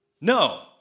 No